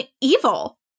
evil